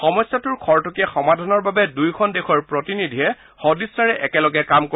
সমস্যাটোৰ খৰতকীয়া সমাধানৰ বাবে দুয়োখন দেশৰ প্ৰতিনিধিয়ে সদিছাৰে একেলগে কাম কৰিব